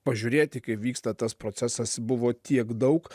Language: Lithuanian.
pažiūrėti kaip vyksta tas procesas buvo tiek daug